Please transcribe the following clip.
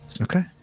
Okay